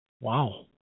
Wow